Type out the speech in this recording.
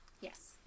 yes